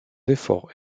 efforts